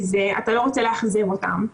כי אתה לא רוצה לאכזב אותם.